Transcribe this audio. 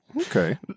Okay